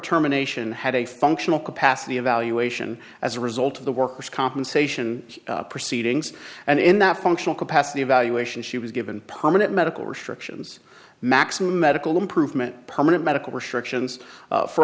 terminations had a functional capacity evaluation as a result of the workers compensation proceedings and in that functional capacity evaluation she was given permanent medical restrictions maximum medical improvement permanent medical restrictions